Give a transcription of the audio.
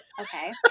okay